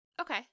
Okay